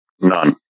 None